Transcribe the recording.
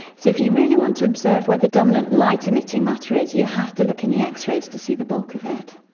so if you really want to observe where the dominant light emitting matter is, you have to look in the x-rays to see the bulk of it.